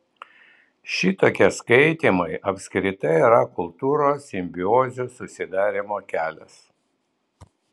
šitokie skaitymai apskritai yra kultūros simbiozių susidarymo kelias